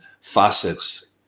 facets